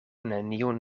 neniun